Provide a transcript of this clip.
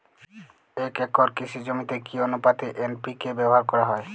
এক একর কৃষি জমিতে কি আনুপাতে এন.পি.কে ব্যবহার করা হয়?